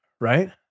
right